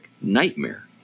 nightmare